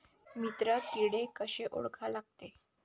मित्र किडे कशे ओळखा लागते?